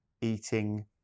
eating